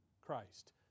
Christ